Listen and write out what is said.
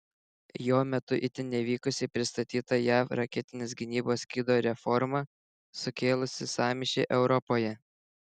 jo metu itin nevykusiai pristatyta jav raketinės gynybos skydo reforma sukėlusį sąmyšį europoje